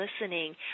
listening